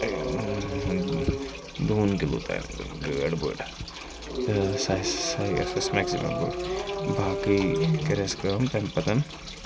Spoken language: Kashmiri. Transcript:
دوٗن کِلوٗ تانۍ گٲڈ بٔڑ تہٕ سَہ اَسہِ مٮ۪کزِم گٔے باقٕے کٔر اَسہِ کٲم تَمہِ پَتَن